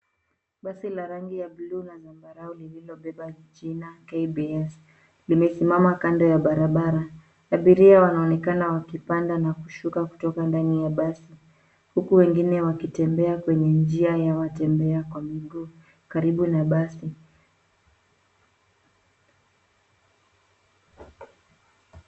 Basi la rangi ya buluu na zambarau lililobeba jina, KBS,limesimama kando ya barabara. Abiria wanaonekana wakipanda na kushuka kutoka ndani ya basi huku wengine wakitembea kwenye njia ya watembea kwa miguu karibu na basi.